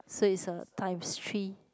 so it's a times three